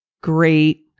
great